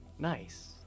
Nice